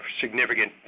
significant